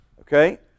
Okay